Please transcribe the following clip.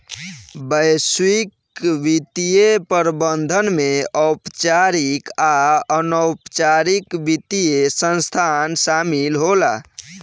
वैश्विक वित्तीय प्रबंधन में औपचारिक आ अनौपचारिक वित्तीय संस्थान शामिल होला